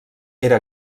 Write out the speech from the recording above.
era